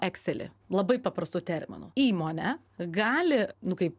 ekselį labai paprastu terminu įmonę gali nu kaip